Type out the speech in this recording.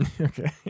Okay